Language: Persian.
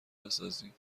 بسازیم